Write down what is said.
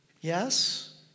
Yes